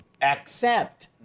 accept